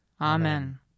Amen